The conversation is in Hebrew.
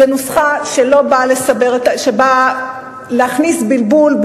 זאת נוסחה שבאה להכניס בלבול,